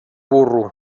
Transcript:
burro